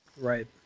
Right